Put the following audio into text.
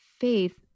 faith